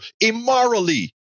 immorally